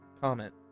comment